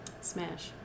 Smash